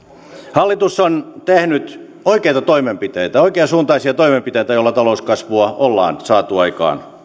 hallitus on tehnyt oikeita toimenpiteitä oikeansuuntaisia toimenpiteitä joilla talouskasvua on saatu aikaan